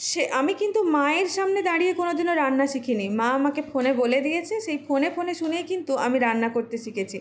সে আমি কিন্তু মায়ের সামনে দাঁড়িয়ে কোনো দিনও রান্না শিখিনি মা আমাকে ফোনে বলে দিয়েছে সেই ফোনে ফোনে শুনে কিন্তু আমি রান্না করতে শিখেছি